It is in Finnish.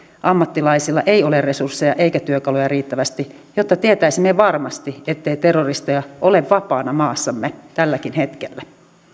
ammattilaisilla ei ole resursseja eikä työkaluja riittävästi jotta tietäisimme varmasti ettei terroristeja ole vapaana maassamme tälläkin hetkellä